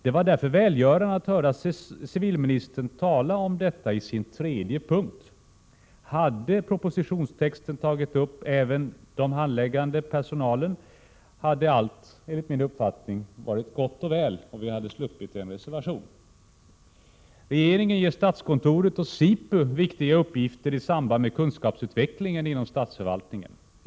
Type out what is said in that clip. Det var därför välgörande att höra civilministern tala om detta i sin tredje punkt. Hade propositionstexten tagit upp även den handläggande personalen, hade allt enligt min uppfattning varit gott och väl och vi hade sluppit en reservation. Regeringen ger statskontoret och SIPU viktiga uppgifter i samband med kunskapsutvecklingen inom statsförvaltningen.